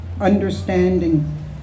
understanding